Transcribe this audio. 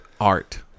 art